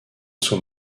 sous